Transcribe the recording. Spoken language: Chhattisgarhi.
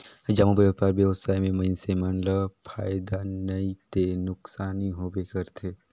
जम्मो बयपार बेवसाय में मइनसे मन ल फायदा नइ ते नुकसानी होबे करथे